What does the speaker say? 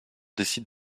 décide